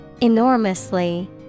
Enormously